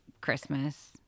Christmas